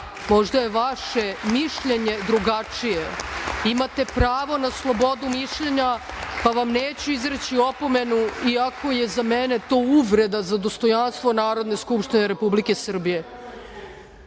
Možda je vaše mišljenje drugačije. Imate pravo na slobodu mišljenja, pa vam neću izreći opomenu, iako je za mene to uvreda za dostojanstvo Narodne skupštine Republike Srbije. Ali,